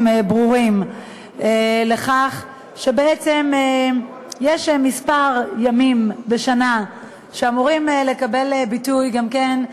ברורים לכך שבעצם יש כמה ימים בשנה שאמורים לקבל ביטוי גם כן,